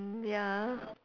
ya